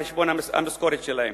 על חשבון המשכורת שלהם.